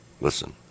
Listen